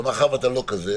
אבל אתה לא כזה,